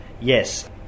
Yes